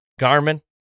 Garmin